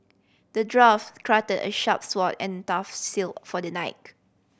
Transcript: the dwarf crafted a sharp sword and a tough shield for the knight